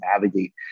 navigate